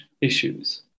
issues